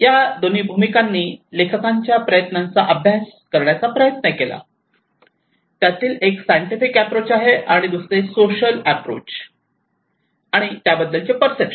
या दोन्ही भूमिकांनी लेखकांच्या प्रयत्नांचा अभ्यास करण्याचा प्रयत्न केला त्यातील एक सायंटिफिक अॅप्रोच आहे आणि दुसरे सोशल अॅप्रोच आणि त्याबद्दलची पर्सेप्शन